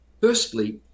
firstly